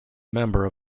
member